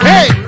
Hey